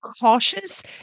cautious